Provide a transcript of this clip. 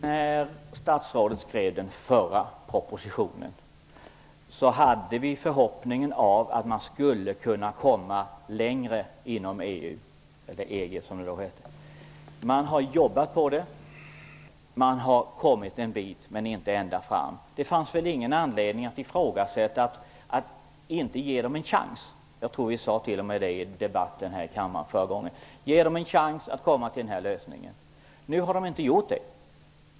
Herr talman! Som statsrådet skrev i den förra propositionen hade vi förhoppningen att man inom EU -- eller EG, som det då hette -- skulle komma längre. Man har arbetat med detta och kommit en bit, men man har inte kommit ända fram. Det fanns väl inte någon anledning att ifrågasätta att ge dem en chans att komma fram till en lösning? Vi sade t.o.m. detta flera gånger i debatten här i kammaren. Nu har de inte gjort det.